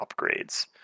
upgrades